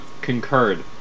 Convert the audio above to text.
concurred